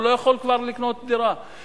הוא כבר לא יכול לקנות דירה,